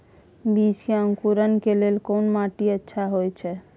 बीज के अंकुरण के लेल कोन माटी अच्छा होय छै?